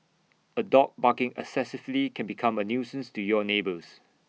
A dog barking excessively can become A nuisance to your neighbours